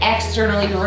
Externally